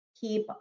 keep